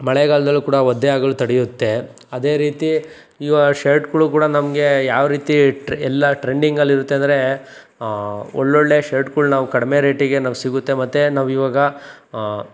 ಮಳೆಗಾಲದಲ್ಲೂ ಕೂಡ ಒದ್ದೆ ಆಗಲು ತಡೆಯುತ್ತೆ ಅದೇ ರೀತಿ ಇವು ಶರ್ಟ್ಗಳು ಕೂಡ ನಮಗೆ ಯಾವ ರೀತಿ ಟ್ರ್ ಎಲ್ಲ ಟ್ರೆಂಡಿಂಗಲ್ಲಿ ಇರುತ್ತೆ ಅಂದರೆ ಒಳ್ಳೊಳ್ಳೆ ಶರ್ಟ್ಗಳ್ನ ನಾವು ಕಡಿಮೆ ರೇಟಿಗೆ ನಮ್ಗೆ ಸಿಗುತ್ತೆ ಮತ್ತೆ ನಾವು ಇವಾಗ